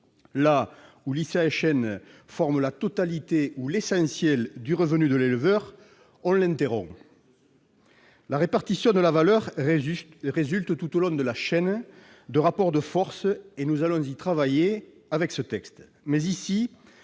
là où l'ICHN forme la totalité ou l'essentiel du revenu de l'éleveur, on l'interrompt ! La répartition de la valeur résulte tout au long de la chaîne de rapports de force, et, avec ce texte,